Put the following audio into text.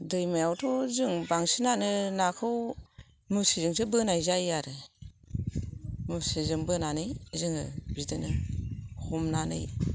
दैमायावथ' जों बांसिनानो नाखौ मुस्रि जोंसो बोनाय जायो आरो मुस्रि जों बोनानै जोङो बिदिनो हमनानै